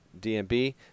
DMB